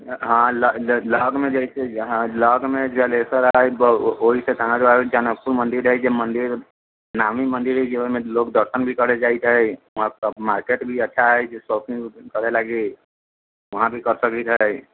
हँ लऽ लऽ लगमे जैसे जहाँ लगमे जलेश्वर हइ बऽ ओहिसँ कहाँ जनकपुर मन्दिर हइ जे मन्दिर नामी मन्दिर हइ जे ओहिमे लोक दर्शन भी करै जाइत हइ आओरसभ मार्केट भी अच्छा हइ जे शॉपिंग ऑपिङ्ग करै लागी उहाँ भी करि सकैत हइ